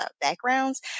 backgrounds